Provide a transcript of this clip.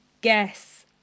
guess